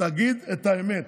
תגיד את האמת.